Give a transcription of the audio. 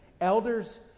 elders